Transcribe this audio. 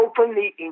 Openly